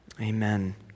Amen